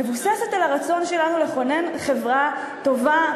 מבוסס על הרצון שלנו לכונן חברה טובה,